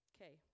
Okay